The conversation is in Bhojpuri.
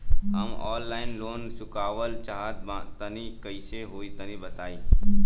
हम आनलाइन लोन चुकावल चाहऽ तनि कइसे होई तनि बताई?